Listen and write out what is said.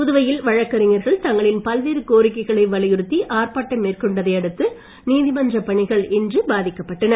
புதுவையில் வழக்கறிஞர்கள் தங்களின் பல்வேறு கோரிக்கைகளை வலியுறுத்தி ஆர்ப்பாட்டம் மேற்கொண்டதை அடுத்து நீதிமன்றப் பணிகள் இன்று பாதிக்கப்பட்டன